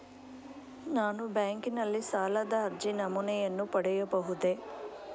ನಾನು ಬ್ಯಾಂಕಿನಲ್ಲಿ ಸಾಲದ ಅರ್ಜಿ ನಮೂನೆಯನ್ನು ಪಡೆಯಬಹುದೇ?